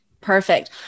Perfect